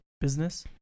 business